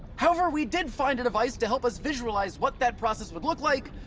however, we did find a device to help us visualize what that process would look like,